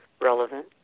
relevant